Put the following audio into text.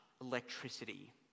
electricity